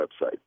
website